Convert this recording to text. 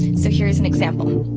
so here's an example.